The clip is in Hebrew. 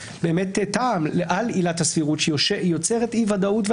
טעם על עילת הסבירות שיוצרת אי ודאות ועמימות,